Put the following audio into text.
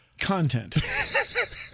Content